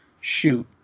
shoot